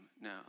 now